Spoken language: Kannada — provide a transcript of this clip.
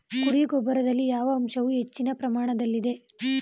ಕುರಿ ಗೊಬ್ಬರದಲ್ಲಿ ಯಾವ ಅಂಶವು ಹೆಚ್ಚಿನ ಪ್ರಮಾಣದಲ್ಲಿದೆ?